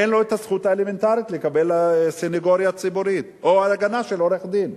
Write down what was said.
אין לו הזכות האלמנטרית לקבל סניגוריה ציבורית או הגנה של עורך-דין.